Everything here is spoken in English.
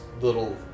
little